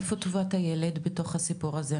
איפה טובת הילד בתוך הסיפור הזה?